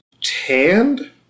tanned